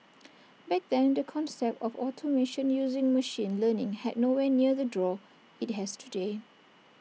back then the concept of automation using machine learning had nowhere near the draw IT has today